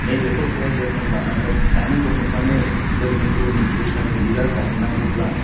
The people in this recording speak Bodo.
नै बेफोरखौहाय जोथोन लानानै दानि गथ'फ्रानो जोंनि उननि फिउचारनि लिडार जाहैनांगौब्ला